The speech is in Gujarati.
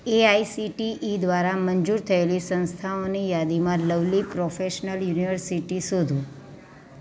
એઆઇસીટીઇ દ્વારા મંજૂર થયેલી સંસ્થાઓની યાદીમાં લવલી પ્રોફેશનલ યુનિવર્સિટી શોધો